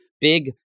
big